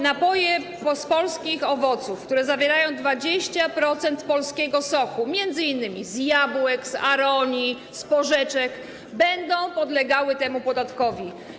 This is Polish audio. Napoje z polskich owoców, które zawierają 20% polskiego soku, m.in. z jabłek, z aronii, z porzeczek, będą podlegały temu podatkowi.